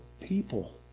people